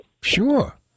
Sure